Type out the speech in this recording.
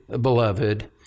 beloved